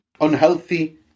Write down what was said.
unhealthy